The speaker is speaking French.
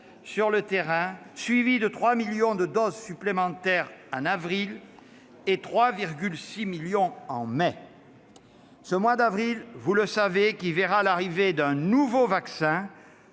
sur le terrain, suivies de 3 millions de doses supplémentaires en avril et 3,6 millions en mai. Par ailleurs, vous le savez, le mois d'avril verra l'arrivée d'un nouveau vaccin,